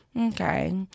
okay